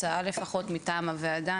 הצעה לפחות מטעם הוועדה.